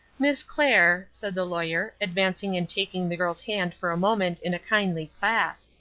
miss clair, said the lawyer, advancing and taking the girl's hand for a moment in a kindly clasp,